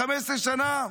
15 שנה?